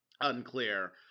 unclear